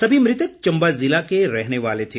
सभी मृतक चम्बा जिले के रहने वाले थे